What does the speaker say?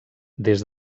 des